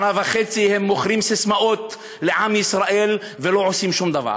שנה וחצי הם מוכרים ססמאות לעם ישראל ולא עושים שום דבר.